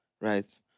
right